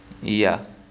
ya